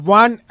one